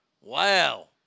Wow